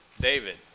David